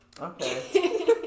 Okay